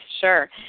sure